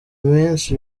minsi